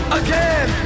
again